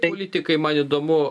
politikai man įdomu